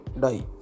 die